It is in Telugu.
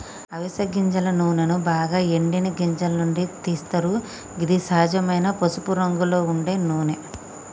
అవిస గింజల నూనెను బాగ ఎండిన గింజల నుండి తీస్తరు గిది సహజమైన పసుపురంగులో ఉండే నూనె